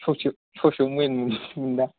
ससे ससे मेन मोनबा